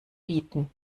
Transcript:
bieten